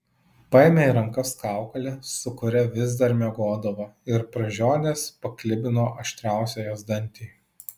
paėmė į rankas kaukolę su kuria vis dar miegodavo ir pražiodęs paklibino aštriausią jos dantį